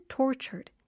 tortured